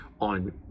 on